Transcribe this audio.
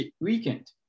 weekend